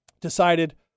decided